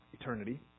Eternity